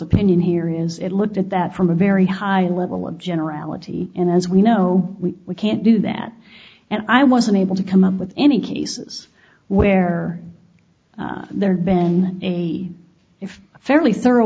opinion here is it looked at that from a very high level of generality and as we know we can't do that and i was unable to come up with any cases where there had been a if fairly thorough